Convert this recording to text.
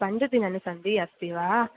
पञ्च दिननि सन्ति अस्ति वा